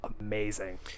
amazing